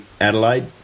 Adelaide